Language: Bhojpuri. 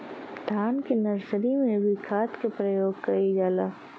धान के नर्सरी में भी खाद के प्रयोग कइल जाला?